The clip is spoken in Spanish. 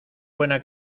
buena